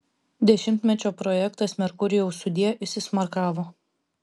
dešimtmečio projektas merkurijau sudie įsismarkavo